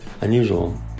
unusual